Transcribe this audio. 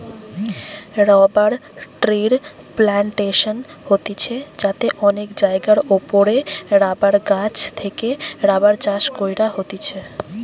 rubber ট্রির plantation হতিছে যাতে অনেক জায়গার ওপরে রাবার গাছ থেকে রাবার চাষ কইরা হতিছে